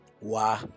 Wow